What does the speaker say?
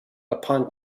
upon